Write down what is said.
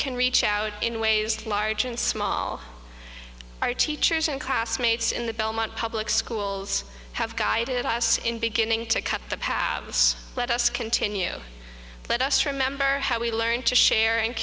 can reach out in ways large and small our teachers and classmates in the belmont public schools have guided us in beginning to cut the path let us continue let us remember how we learned to share and